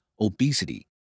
obesity